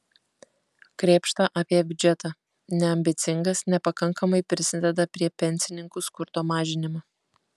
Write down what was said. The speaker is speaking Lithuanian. krėpšta apie biudžetą neambicingas nepakankami prisideda prie pensininkų skurdo mažinimo